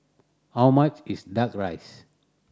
how much is Duck Rice